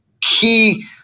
key